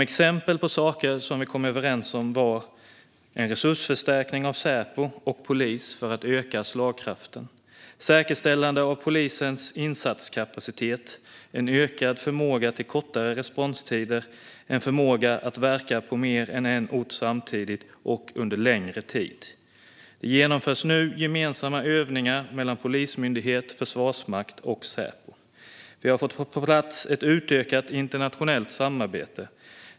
Exempel på saker vi kom överens om är en resursförstärkning av Säpo och polis för att öka slagkraften, säkerställande av polisens insatskapacitet, en ökad förmåga till kortare responstider samt en förmåga att verka på mer än en ort samtidigt och under längre tid. Det genomförs nu gemensamma övningar mellan Polismyndigheten, Försvarsmakten och Säpo. Vi har fått på plats ett utökat internationellt samarbete.